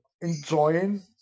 enjoying